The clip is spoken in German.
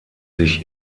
sich